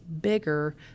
bigger